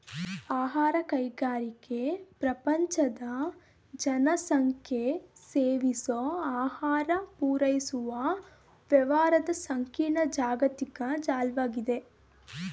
ಆಹಾರ ಕೈಗಾರಿಕೆ ಪ್ರಪಂಚದ ಜನಸಂಖ್ಯೆಸೇವಿಸೋಆಹಾರಪೂರೈಸುವವ್ಯವಹಾರದಸಂಕೀರ್ಣ ಜಾಗತಿಕ ಜಾಲ್ವಾಗಿದೆ